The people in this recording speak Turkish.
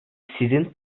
sizin